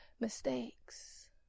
mistakes